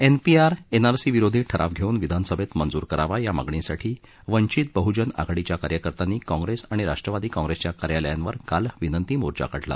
NPR एनआरसीविरोधी ठराव घेऊन विधानसभेत मंजूर करावा या मागणीसाठी वंचित बहुजन आघाडीच्या कार्यकर्त्यानी काँप्रेस आणि राष्ट्रवादी काँग्रेसच्या कार्यालयांवर काल विनंती मोर्चा काढला